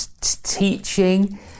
teaching